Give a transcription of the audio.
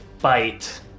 bite